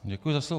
Děkuji za slovo.